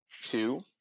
two